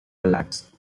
relaxed